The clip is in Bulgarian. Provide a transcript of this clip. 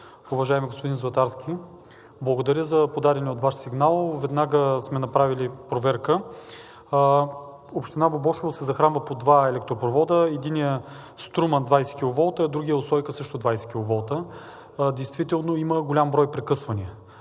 Уважаеми господин Златарски, благодаря за подадения от Вас сигнал. Веднага сме направили проверка. Община Бобошево се захранва по два електропровода. Единият е „Струма“ – 20 киловолта, другият е „Усойка“ – също 20 киловолта. Действително има голям брой прекъсвания.